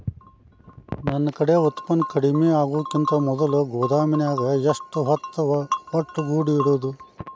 ನನ್ ಕಡೆ ಉತ್ಪನ್ನ ಕಡಿಮಿ ಆಗುಕಿಂತ ಮೊದಲ ಗೋದಾಮಿನ್ಯಾಗ ಎಷ್ಟ ಹೊತ್ತ ಒಟ್ಟುಗೂಡಿ ಇಡ್ಬೋದು?